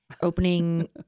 Opening